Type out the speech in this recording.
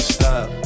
Stop